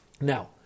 Now